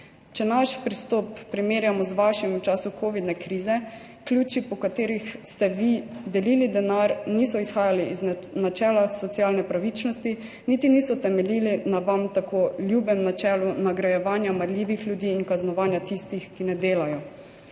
Če naš pristop primerjamo z vašim v času covidne krize, ključi, po katerih ste vi delili denar, niso izhajali iz načela socialne pravičnosti, niti niso temeljili na vam tako ljubem načelu nagrajevanja marljivih ljudi in kaznovanja tistih, ki ne delajo.